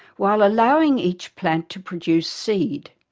while allowing each plant to produce seed.